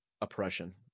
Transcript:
oppression